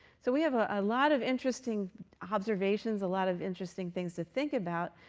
so we have ah a lot of interesting observations, a lot of interesting things to think about.